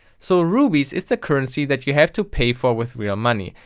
so rubies is the currency that you have to pay for with real money.